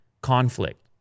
conflict